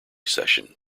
session